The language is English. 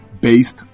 based